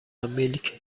میلک